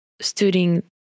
studying